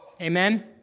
Amen